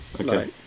Okay